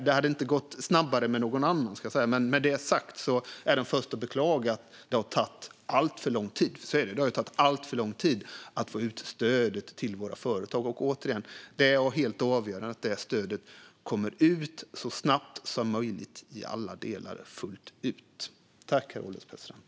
Det hade inte gått snabbare med någon annan, men med detta sagt är jag den förste att beklaga att det har tagit alltför lång tid att få ut stödet till våra företag. Återigen: Det är helt avgörande att detta stöd kommer ut så snabbt som möjligt i alla delar, fullt ut.